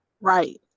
Right